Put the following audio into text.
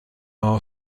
are